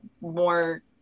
more